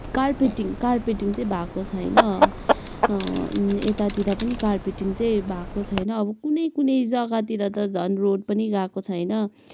carpeting carpeting चाहिँ भएको छैन यतातिर पनि कार्पेटिङ चाहिँ भएको छैन अब कुनै कुनै जग्गातिर त झन् रोड पनि गएको छेन